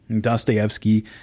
Dostoevsky